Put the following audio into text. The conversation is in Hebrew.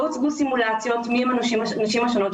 לא הוצגו סימולציות, מי הנשים שייפגעו.